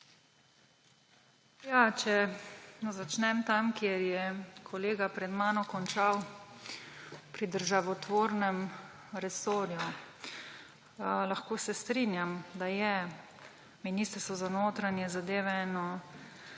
Če začnem tam, kjer je kolega pred mano končal, pri državotvornem resorju. Lahko se strinjam, da je Ministrstvo za notranje zadeve